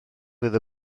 fydd